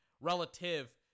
relative